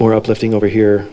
or uplifting over here